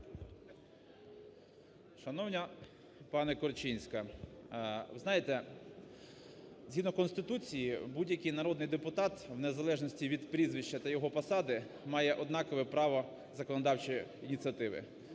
Шановна пані Корчинська! Ви знаєте, згідно Конституції будь який народний депутат, вне залежності від прізвища та його посади, має однакове право законодавчої ініціативи.